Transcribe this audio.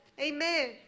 amen